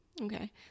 Okay